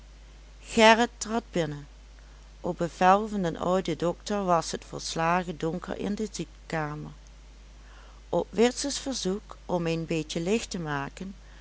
gerrit trad binnen op bevel van den ouden dokter was het volslagen donker in de ziekekamer op witses verzoek om een beetje licht te maken